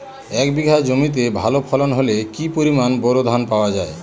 এক বিঘা জমিতে ভালো ফলন হলে কি পরিমাণ বোরো ধান পাওয়া যায়?